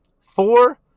four